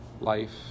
life